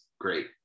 great